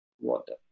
water